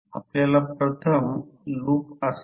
तर येथे या पॉईंटवर येईल येथे काही रेसिडूअल फ्लक्स असेल